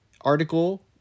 article